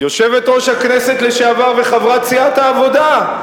יושבת-ראש הכנסת לשעבר וחברת סיעת העבודה,